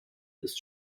ist